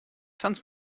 tanz